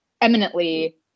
eminently